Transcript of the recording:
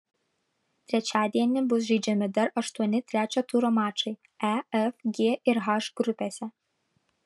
trečiadienį bus žaidžiami dar aštuoni trečio turo mačai e f g ir h grupėse